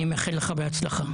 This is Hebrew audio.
אני מאחל לך בהצלחה.